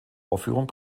aufführung